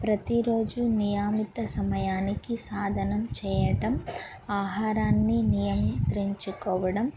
ప్రతిరోజు నియమిత సమయానికి సాధన చేయటం ఆహారాన్ని నియంత్రంచుకోవడం